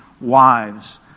wives